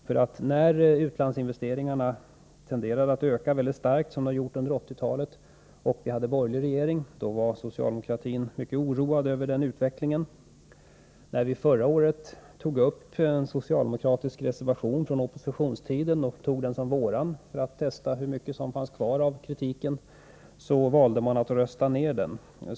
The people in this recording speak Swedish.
När utlandsinvesteringarna under den borgerliga regeringstiden tenderade att öka väldigt starkt — det har de gjort under 1980-talet — var socialdemokraterna nämligen mycket oroade över utvecklingen. När vi förra året tog upp en socialdemokratisk reservation från oppositionstiden och tog den som vår egen för att testa hur mycket som fanns kvar av kritiken, valde socialdemokraterna att rösta ner den.